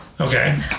Okay